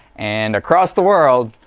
and across the world,